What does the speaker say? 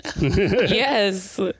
yes